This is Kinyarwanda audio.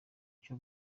cyo